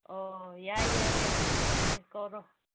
ꯑꯣ ꯌꯥꯏ ꯌꯥꯏ ꯌꯥꯏ ꯄꯨꯁꯤ ꯄꯨꯁꯤ ꯀꯧꯔꯣ